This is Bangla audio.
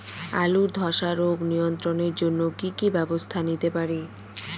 আলুর ধ্বসা রোগ নিয়ন্ত্রণের জন্য কি কি ব্যবস্থা নিতে পারি?